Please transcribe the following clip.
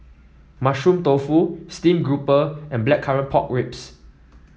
Mushroom Tofu Steamed Grouper and Blackcurrant Pork Ribs